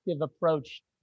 approach